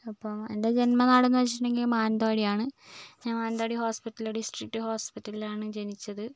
അപ്പോൾ എൻ്റെ ജന്മനാട് എന്ന് വെച്ചിട്ടുണ്ടെങ്കിൽ മാനന്തവാടിയാണ് ഞാൻ മാനന്തവാടി ഹോസ്പിറ്റല് ഡിസ്ട്രിക്ട് ഹോസ്പിറ്റിലാണ് ജനിച്ചത്